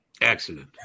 excellent